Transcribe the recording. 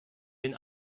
den